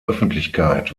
öffentlichkeit